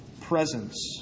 presence